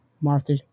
Martha